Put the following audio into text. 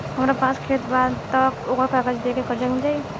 हमरा पास खेत बा त ओकर कागज दे के कर्जा मिल जाई?